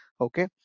Okay